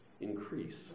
increase